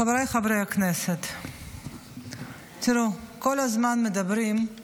חבריי חברי הכנסת, כל הזמן מדברים על